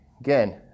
again